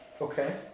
Okay